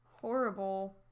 horrible